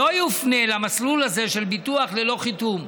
לא יופנה למסלול הזה של ביטוח ללא חיתום.